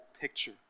picture